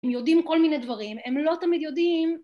הם יודעים כל מיני דברים, הם לא תמיד יודעים